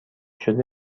شده